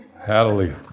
Hallelujah